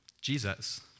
Jesus